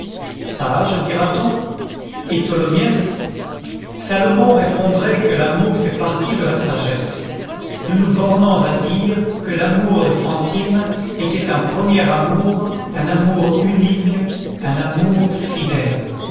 sage dira-t-on et tholomyès salomon répondrait que l'amour fait partie de la sagesse nous nous bornons à dire que l'amour de fantine était un premier amour un amour unique un amour fidèle